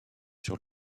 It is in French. sur